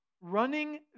Running